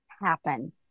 happen